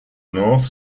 north